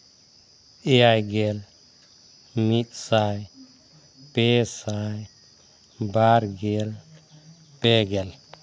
ᱮᱭᱟᱭ ᱜᱮᱞ ᱢᱤᱫ ᱥᱟᱭ ᱯᱮ ᱥᱟᱭ ᱵᱟᱨ ᱜᱮᱞ ᱯᱮ ᱜᱮᱞ